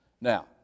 Now